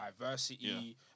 diversity